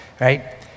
right